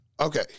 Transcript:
Okay